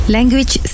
Language